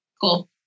Cool